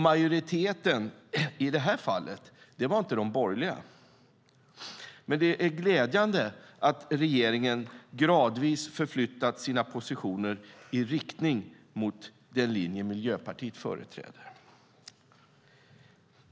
Majoriteten i detta fall var inte de borgerliga, men det är glädjande att regeringen gradvis förflyttat sina positioner i riktning mot den linje Miljöpartiet företräder.